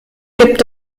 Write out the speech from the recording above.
gibt